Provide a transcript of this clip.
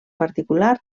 particular